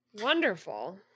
wonderful